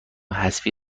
حذفی